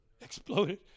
exploded